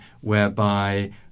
whereby